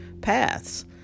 paths